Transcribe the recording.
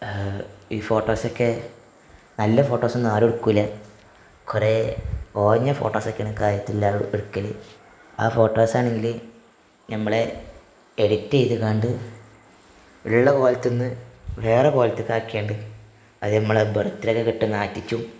ഈ ഫോട്ടോസൊക്കെ നല്ല ഫോട്ടോസ് ഒന്നും ആരും എടുക്കില്ല കുറേ ഓഞ്ഞ ഫോട്ടോസ് ഒക്കെയാണ് കായത്തിലെല്ലാറും എടുക്കൽ ആ ഫോട്ടോസ് അണെങ്കിൽ നമ്മളെ എഡിറ്റ് ചെയ്ത് കണ്ട് ഉള്ള കോലത്തിൽ നിന്ന് വേറെ കോലത്തേക്ക് ആക്കിയാണ് അത് നമ്മളെ ബർത്ത്ഡേക്ക് ഒക്കെ ഇട്ട് നാറ്റിച്ചും